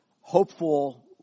hopeful